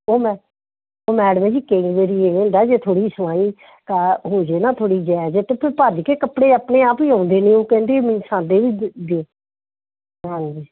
ਓਹ ਮੈਂ ਓਹ ਮੈਡਮ ਜੀ ਕਈ ਵਾਰੀ ਇਹ ਹੁੰਦਾ ਜੇ ਥੋੜ੍ਹੀ ਜਿਹੀ ਸਿਲਾਈ ਹੋ ਜੇ ਨਾ ਥੋੜ੍ਹੀ ਜਿਹੀ ਜਾਇਜ਼ ਤਾਂ ਭੱਜ ਕੇ ਕੱਪੜੇ ਆਪਣੇ ਆਪ ਹੀ ਆਉਂਦੇ ਨੇ ਉਹ ਕਹਿੰਦੇ ਸਾਡੇ ਵੀ ਦਿਓ ਹਾਂਜੀ